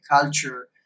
culture